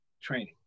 training